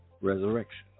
resurrection